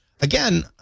again